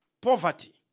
Poverty